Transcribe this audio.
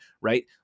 right